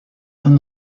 and